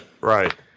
right